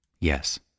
Yes